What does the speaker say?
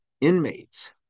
inmates